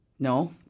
No